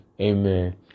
Amen